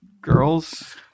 girls